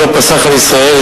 שלא פסח על ישראל,